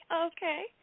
okay